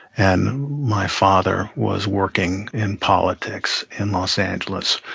and my father was working in politics in los angeles.